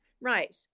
right